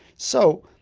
so,